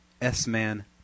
S-Man